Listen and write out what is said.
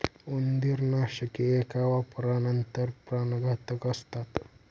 उंदीरनाशके एका वापरानंतर प्राणघातक असतात